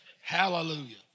Hallelujah